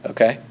Okay